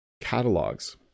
Catalogs